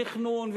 תכנון,